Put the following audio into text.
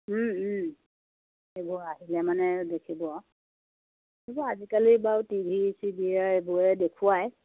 এইবোৰ আহিলে মানে দেখিব আজিকালি বাৰু টিভি চিৰিয়েল এইবোৰে দেখুৱাই